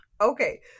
Okay